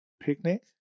picnic